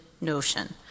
notion